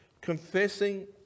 Confessing